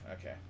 Okay